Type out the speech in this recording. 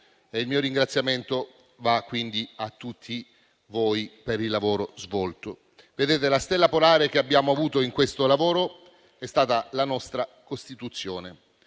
il mio ringraziamento va quindi a tutti voi per il lavoro svolto. La stella polare che abbiamo avuto in questo lavoro è stata la nostra Costituzione.